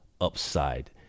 Upside